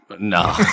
No